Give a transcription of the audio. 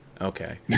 Okay